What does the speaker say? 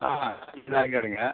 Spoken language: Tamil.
ஆ கடைங்க